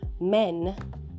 Men